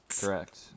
Correct